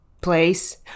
place